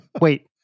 Wait